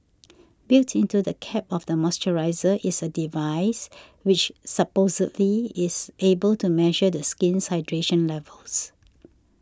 built into the cap of the moisturiser is a device which supposedly is able to measure the skin's hydration levels